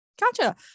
Gotcha